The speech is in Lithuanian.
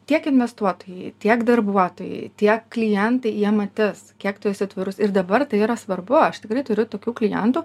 tiek investuotojai tiek darbuotojai tiek klientai jie matys kiek tu esi tvarus ir dabar tai yra svarbu aš tikrai turiu tokių klientų